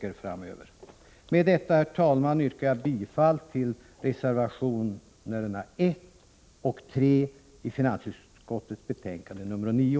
Med detta, herr talman, yrkar jag bifall till reservationerna 1 och 3 vid finansutskottets betänkande nr 9.